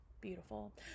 beautiful